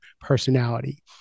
personality